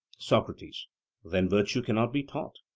socrates then virtue cannot be taught?